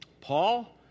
Paul